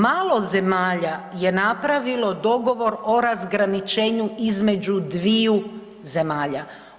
Malo zemalja je napravilo dogovor o razgraničenju između dviju zemalja.